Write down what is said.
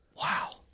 Wow